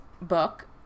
book